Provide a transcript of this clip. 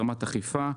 ברמת אכיפה,